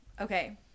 Okay